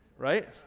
right